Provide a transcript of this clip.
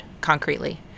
concretely